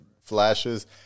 flashes